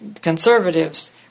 conservatives